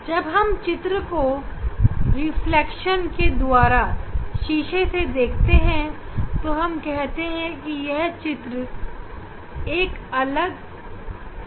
जब हम चित्र को रिफ्लेक्शन के द्वारा शीशे से देखते हैं तो हम देखते हैं कि एक चित्र के लिए हमें एक छवि मिल रही है